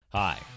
Hi